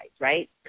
right